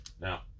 Now